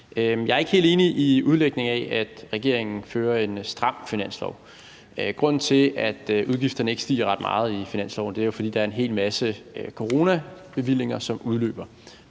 Jeg er ikke helt enig i udlægningen af, at regeringen præsenterer et stramt forslag til finanslov. Grunden til, at udgifterne ikke stiger ret meget i forslaget til finanslov, er jo, at der er en hel masse coronabevillinger, som udløber.